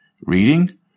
reading